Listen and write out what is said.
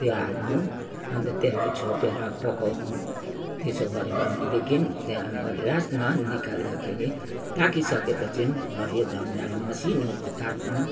त्यो हाल्नु अन्त त्यसलाई छोपेर पकाउनु तेसो गऱ्यो भनेदेखि त्याँ लास्टमा निकाल्दा खेरि पाकिसके पछिन् हरियो धन्यालाई मसिनु काट्नु